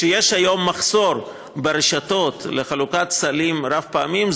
כשיש היום ברשתות מחסור בסלים רב-פעמיים,